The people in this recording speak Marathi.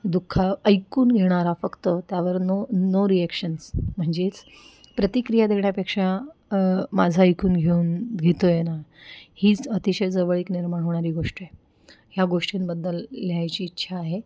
दुःख ऐकून घेणारा फक्त त्यावर नो नो रिॲक्शन्स म्हणजेच प्रतिक्रिया देण्यापेक्षा माझं ऐकून घेऊन घेतो आहे ना हीच अतिशय जवळीक निर्माण होणारी गोष्ट आहे ह्या गोष्टींबद्दल लिहायची इच्छा आहे